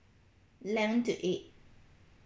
eleven to eight